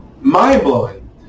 mind-blowing